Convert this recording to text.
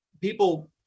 people